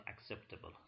acceptable